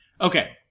Okay